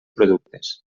productes